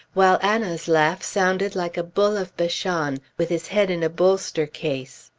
while anna's laugh sounded like a bull of bashan with his head in a bolster case.